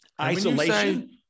isolation